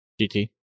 GT